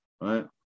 right